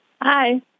hi